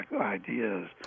ideas